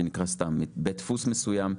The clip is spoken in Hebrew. בית דפוס מסוים,